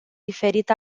diferit